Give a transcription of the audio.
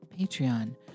Patreon